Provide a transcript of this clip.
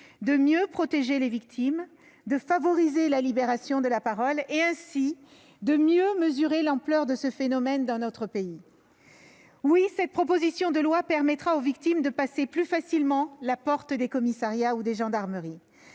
de mieux protéger les victimes, de favoriser la libération de la parole et, ainsi, de mieux mesurer l'ampleur de ce phénomène dans notre pays. Oui, cette proposition de loi permettra aux victimes de passer plus facilement la porte des commissariats ou des gendarmeries.